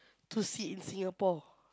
to see in Singapore